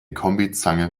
kombizange